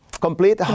Complete